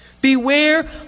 Beware